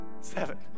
seven